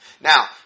Now